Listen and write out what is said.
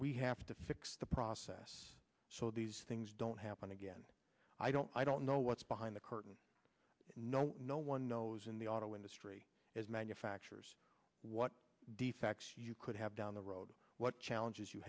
we have to fix the process so these things don't happen again i don't i don't know what's behind the curtain no no one knows in the auto industry as manufacturers what defects you could have down the road what challenges you